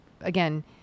again